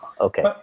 Okay